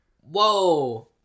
Whoa